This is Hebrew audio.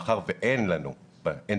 מאחר שאין בנמצא